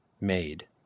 made